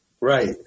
Right